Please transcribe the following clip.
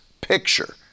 picture